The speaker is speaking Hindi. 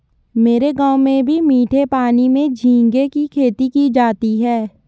मेरे गांव में भी मीठे पानी में झींगे की खेती की जाती है